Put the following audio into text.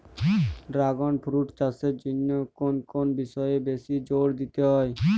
Dragon fruit চাষের জন্য কোন কোন বিষয়ে বেশি জোর দিতে হয়?